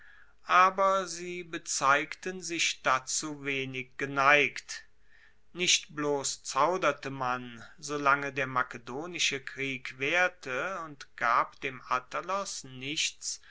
aber sie bezeigten sich dazu wenig geneigt nicht bloss zauderte man solange der makedonische krieg waehrte und gab dem attalos nichts